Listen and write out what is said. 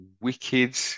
wicked